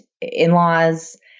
in-laws